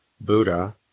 Buddha